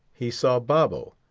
he saw babo,